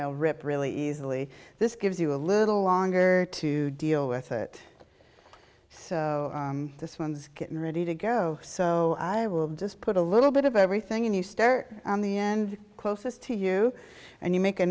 they'll rip really easily this gives you a little longer to deal with it so this one is getting ready to go so i will just put a little bit of everything in you start on the end closest to you and you make a